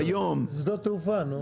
שדות תעופה, נו?